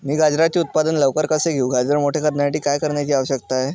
मी गाजराचे उत्पादन लवकर कसे घेऊ? गाजर मोठे करण्यासाठी काय करण्याची आवश्यकता आहे?